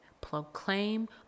proclaim